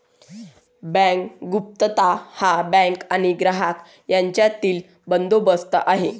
bank गुप्तता हा bank आणि ग्राहक यांच्यातील बंदोबस्त आहे